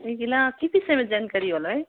ए ला के विषयमा जानकारी होला है